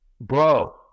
bro